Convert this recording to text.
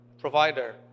provider